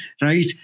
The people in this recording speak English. right